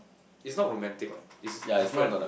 is not romantic [what] it's different